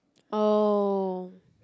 oh